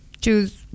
choose